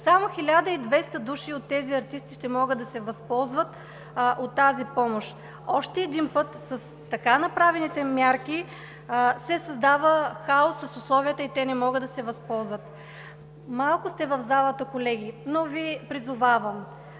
Само 1200 души от тези артисти ще могат да се възползват от тази помощ. Още един път, с така направените мерки се създава хаос с условията и те не могат да се възползват. Малко сте в залата, колеги, но Ви призовавам: